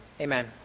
Amen